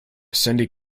cindy